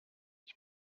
ich